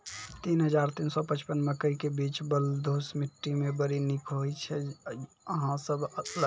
तीन हज़ार तीन सौ पचपन मकई के बीज बलधुस मिट्टी मे बड़ी निक होई छै अहाँ सब लगाबु?